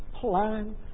plan